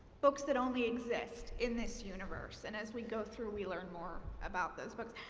books that only exist in this universe and as we go through, we learn more about those books.